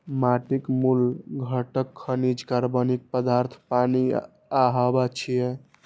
माटिक मूल घटक खनिज, कार्बनिक पदार्थ, पानि आ हवा छियै